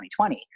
2020